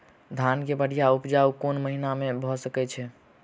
धान केँ बढ़िया उपजाउ कोण महीना मे भऽ सकैय?